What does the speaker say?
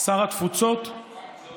שר התפוצות, נו?